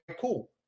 cool